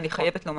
אני חייבת לומר.